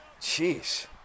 Jeez